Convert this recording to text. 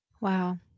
Wow